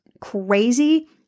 crazy